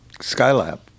Skylab